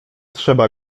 trzeba